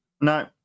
No